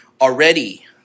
Already